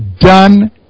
done